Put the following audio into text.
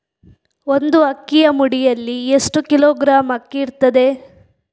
ಒಂದು ಅಕ್ಕಿಯ ಮುಡಿಯಲ್ಲಿ ಎಷ್ಟು ಕಿಲೋಗ್ರಾಂ ಅಕ್ಕಿ ಇರ್ತದೆ?